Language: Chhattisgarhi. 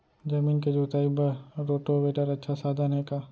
जमीन के जुताई बर रोटोवेटर अच्छा साधन हे का?